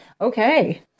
Okay